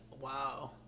Wow